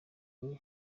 nke